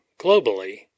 Globally